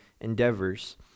endeavors